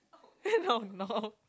eh no no